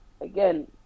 again